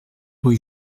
rue